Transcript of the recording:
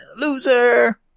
Loser